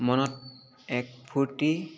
মনত এক ফূৰ্তি